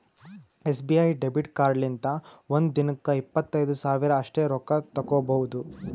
SBI debit ಕಾರ್ಡ್ಲಿಂತ ಒಂದ್ ದಿನಕ್ಕ ಇಪ್ಪತ್ತೈದು ಸಾವಿರ ಅಷ್ಟೇ ರೊಕ್ಕಾ ತಕ್ಕೊಭೌದು